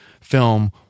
film